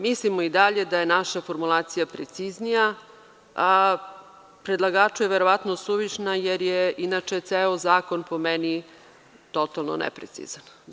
Mislimo i dalje da je naša formulacija preciznija, a predlagaču je verovatno suvišna jer je inače ceo zakon po meni totalno neprecizan.